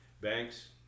Banks